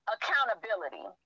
Accountability